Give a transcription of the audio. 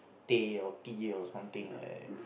teh or tea or something like that